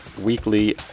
weekly